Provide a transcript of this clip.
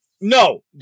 No